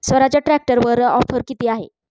स्वराज्य ट्रॅक्टरवर ऑफर किती आहे?